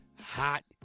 Hot